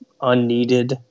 unneeded